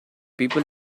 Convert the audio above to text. people